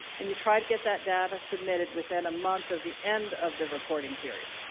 and you try to get that data submitted within a month of the end of the reporting period.